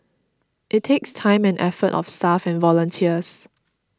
it takes time and effort of staff and volunteers